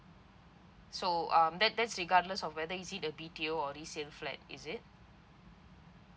so um that that's regardless of whether is it a B_T_O or resale flat is it